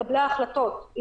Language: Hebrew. מקבלי ההחלטות,